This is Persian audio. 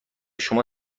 شما